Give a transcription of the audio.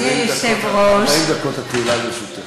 20 דקות, 40 דקות התהילה לרשותך.